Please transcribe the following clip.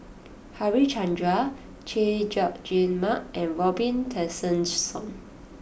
Harichandra Chay Jung Jun Mark and Robin Tessensohn